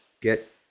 get